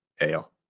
Ale